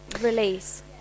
release